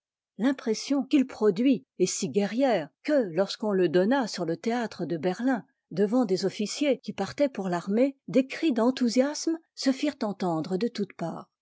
l'impression qu'il produit est si guerrière que lorsqu'on le donna sur le théâtre de berlin devant des officiers qui partaient pour l'armée des cris d'enthousiasme se firent entendre de toutes parts